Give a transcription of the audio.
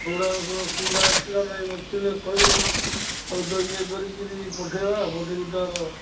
ସେଗୁଡ଼ାକ ସବୁଧା ଅଛି ନା ନାଇଁ ନଥିଲେ କହିବେ ସବୁ ଇଏ କରିକିରି ପଠେଇବା ପଠେଇକି ତାର